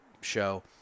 show